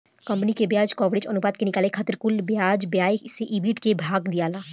company के ब्याज coverage अनुपात के निकाले खातिर कुल ब्याज व्यय से ईबिट के भाग दियाला